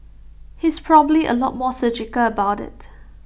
he's probably A lot more surgical about IT